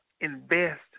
invest